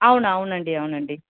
అవును అవునండి అవునండి